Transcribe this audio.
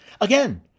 Again